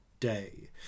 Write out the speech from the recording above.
day